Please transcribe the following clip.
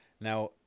Now